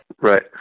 Right